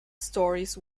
stories